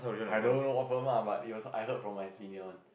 I don't know what firm ah but it was I heard from my senior one